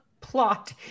plot